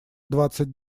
двадцать